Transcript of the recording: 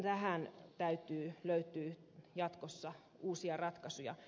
tähän täytyy löytyä jatkossa uusia ratkaisuja